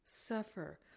Suffer